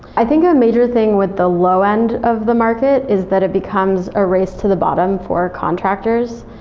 i think a major thing with the low-end of the market is that it becomes a race to the bottom for contractors.